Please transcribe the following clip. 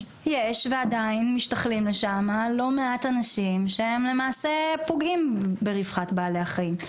ועדיין משתחלים לשם לא מעט אנשים שהם למעשה פוגעים ברווחת בעלי החיים.